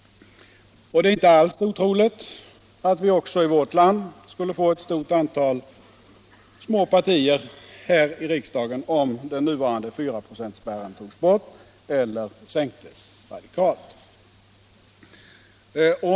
Och det är inte alls otroligt att vi också i vårt land skulle få ett stort antal små partier i riksdagen, om den nuvarande 4-procentsspärren togs bort eller sänktes radikalt.